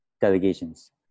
delegations